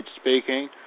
speaking